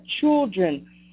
children